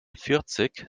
vierzig